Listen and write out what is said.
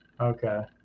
Okay